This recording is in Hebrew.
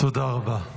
תודה רבה.